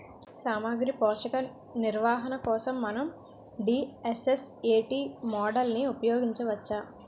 సామాగ్రి పోషక నిర్వహణ కోసం మనం డి.ఎస్.ఎస్.ఎ.టీ మోడల్ని ఉపయోగించవచ్చా?